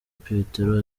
petero